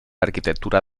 arquitectura